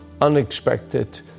unexpected